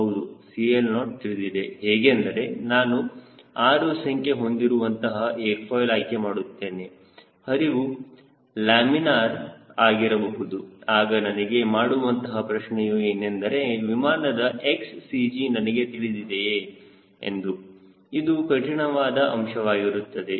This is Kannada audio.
ಹೌದು CL0 ತಿಳಿದಿದೆ ಹೇಗೆಂದರೆ ನಾನು 6 ಸಂಖ್ಯೆ ಹೊಂದಿರುವಂತಹ ಏರ್ ಫಾಯ್ಲ್ ಆಯ್ಕೆ ಮಾಡಿದ್ದೇನೆ ಹರಿವು ಲಾಮಿನರ್ ಆಗಿರಬಹುದು ಆಗ ನನಗೆ ಮೂಡುವಂತಹ ಪ್ರಶ್ನೆಯು ಏನೆಂದರೆ ವಿಮಾನದ XCG ನನಗೆ ತಿಳಿದಿದೆಯೇ ಎಂದು ಇದು ಕಠಿಣವಾದ ಅಂಶವಾಗಿರುತ್ತದೆ